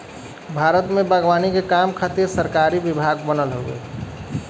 भारत में बागवानी के काम खातिर सरकारी विभाग बनल हउवे